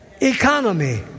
Economy